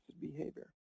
behavior